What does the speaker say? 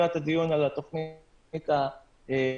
לקראת הדיון על התכנית הבין-משרדית,